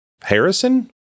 Harrison